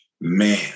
Man